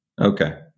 Okay